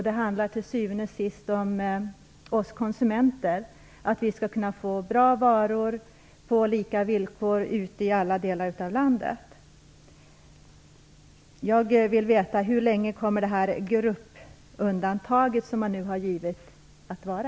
Det handlar till syvende och sist om oss konsumenter, att vi skall kunna få bra varor på lika villkor i alla delar av landet. Jag vill veta hur länge det gruppundantag som man nu har givit kommer att vara.